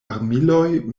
armiloj